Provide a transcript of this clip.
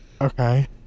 Okay